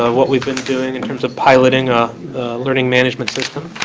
ah what we've been doing in terms of piloting a learning management system.